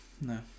no